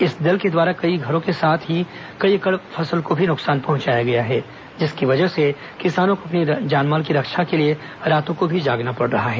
इस दल के द्वारा कई घरों के साथ ही कई एकड़ फसल को भी नुकसान पहुंचाया गया है जिसकी वजह से किसानों को अपनी जानमाल की रक्षा के लिए रातों को भी जागना पड़ रहा है